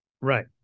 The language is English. Right